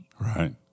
Right